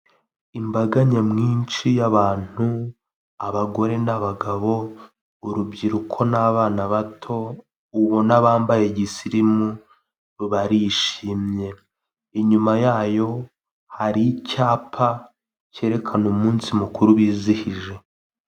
Imbaga nyamwinshi y'abantu, abagore nabagabo, urubyiruko n'abana bato ubona bambaye gisirimu, barishimye, inyuma yayo hari icyapa cyerekana umunsi mukuru bizihije.